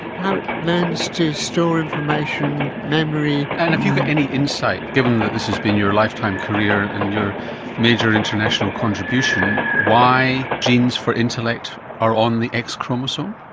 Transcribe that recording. how it learns to store information, memory. and have you got any insight, given that this has been your lifetime career and your major international contribution, why genes for intellect are on the x chromosome?